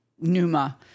Numa